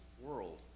world